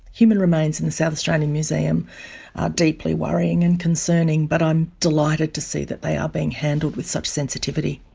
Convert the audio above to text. human remains in the south australian museum are deeply worrying and concerning, but i'm delighted to see that they are being handled with such sensitivity.